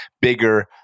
bigger